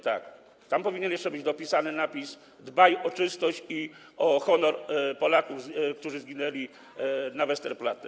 Tak, tam powinien jeszcze być napis: Dbaj o czystość i honor Polaków, którzy zginęli na Westerplatte.